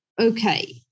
okay